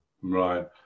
Right